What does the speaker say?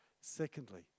Secondly